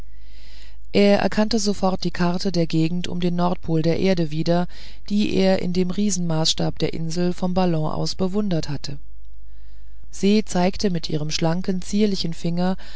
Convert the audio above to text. er erkannte sofort die karte der gegenden um den nordpol der erde wieder die er in dem riesenmaßstab der insel vom ballon aus bewundert hatte se zeigte mit ihrem schlanken zierlichen finger